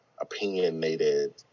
opinionated